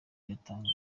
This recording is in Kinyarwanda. yatangaje